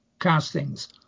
castings